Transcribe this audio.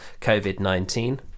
COVID-19